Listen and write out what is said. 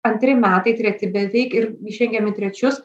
antri metai treti beveik ir įžengėm į trečius